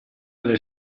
del